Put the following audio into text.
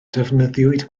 defnyddiwyd